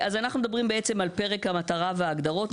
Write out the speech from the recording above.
טוב, אז אנחנו מדברים בעצם על פרק המטרה וההגדרות.